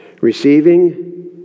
Receiving